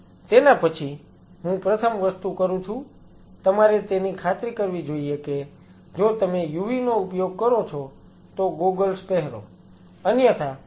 તેના પછી હું પ્રથમ વસ્તુ કરું છું તમારે તેની ખાતરી કરવી જોઈએ કે જો તમે UV નો ઉપયોગ કરો છો તો ગોગલ્સ પહેરો અન્યથા તે તમારી આંખોને નુકસાન પહોંચાડે છે